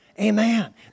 Amen